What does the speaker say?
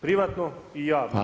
Privatno i javno.